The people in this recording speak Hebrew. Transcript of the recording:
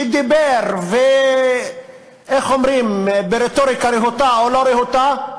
שדיבר, ברטוריקה רהוטה או לא רהוטה,